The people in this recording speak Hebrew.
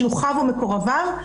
שלוחיו או מקורביו.